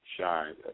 shine